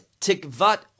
tikvat